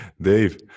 Dave